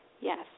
Yes